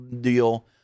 deal